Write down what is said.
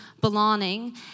belonging